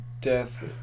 death